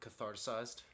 catharticized